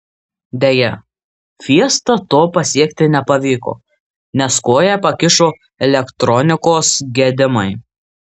deja fiesta to pasiekti nepavyko nes koją pakišo elektronikos gedimai